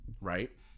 right